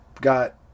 got